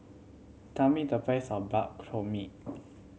tell me the price of Bak Chor Mee